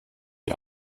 ich